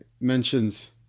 mentions